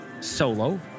Solo